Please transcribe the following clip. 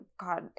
God